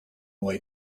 way